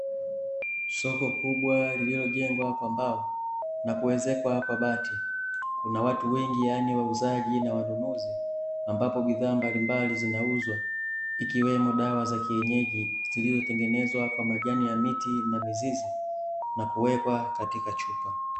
Soko kubwa lililojengwa kwa mbao na kuezekwa kwa bati. Kuna watu wengi yaani wauzaji na wanunuzi, ambapo bidhaa mbalimbali zinauzwa, ikiwemo dawa za kienyeji zilizotengenezwa kwa majani ya miti na mizizi na kuwekwa katika chupa.